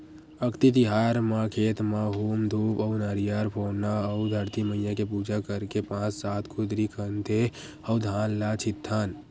अक्ती तिहार म खेत म हूम धूप अउ नरियर फोड़थन अउ धरती मईया के पूजा करके पाँच सात कुदरी खनथे अउ धान ल छितथन